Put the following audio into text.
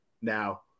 Now